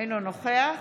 אינו נוכח